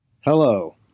Hello